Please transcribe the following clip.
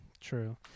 True